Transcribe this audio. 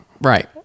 right